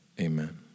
Amen